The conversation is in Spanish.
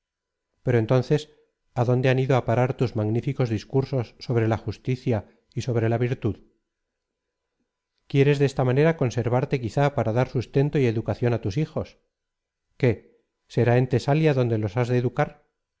pero entonces á dónde han ido á parar tus magníficos discursos sobre la justicia y sobre la virtud quieres de esta manera conservarte quizá para dar sustento y educación á tus hijos quél será en tesalia donde los has de educar